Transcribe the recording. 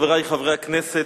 חברי חברי הכנסת,